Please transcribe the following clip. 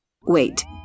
Wait